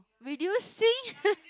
reducing